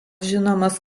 žinomas